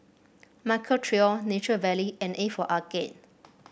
Michael Trio Nature Valley and A for Arcade